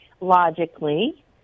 logically